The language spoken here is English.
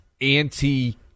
anti